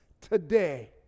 Today